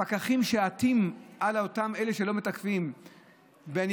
הפקחים עטים על אותם אלה שלא מתקפים לא בעדינות,